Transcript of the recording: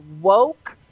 woke